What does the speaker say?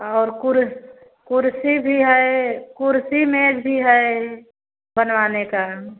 और कुर कुर्सी भी है कुर्सी मेज़ भी है बनवाने का